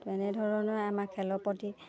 এনেধৰণৰে আমাৰ খেলৰ প্ৰতি